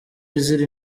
izira